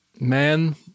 Men